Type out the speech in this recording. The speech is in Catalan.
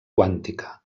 quàntica